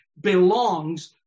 belongs